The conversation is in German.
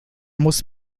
muss